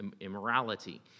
immorality